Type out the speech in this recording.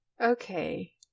Okay